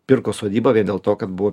pirko sodybą viendėl to kad buvo